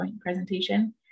presentation